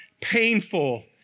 painful